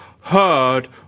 heard